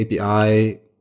API